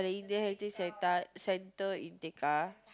Indian Heritage centre centre in Tekka